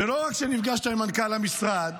ולא רק שנפגשת עם מנכ"ל המשרד,